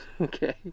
Okay